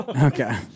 Okay